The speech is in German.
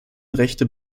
rechte